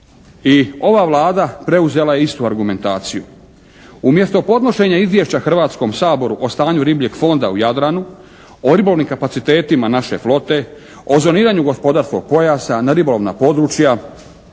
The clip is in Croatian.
i ova Vlada preuzela je istu argumentaciju. Umjesto podnošenja izvješća Hrvatskom saboru o stanju ribljeg fonda u Jadranu, o ribolovnim kapacitetima naše flote, o zoniranju gospodarskog pojasa na ribolovna područja,